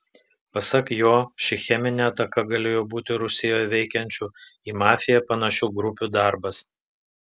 pasak jo ši cheminė ataka galėjo būti rusijoje veikiančių į mafiją panašių grupių darbas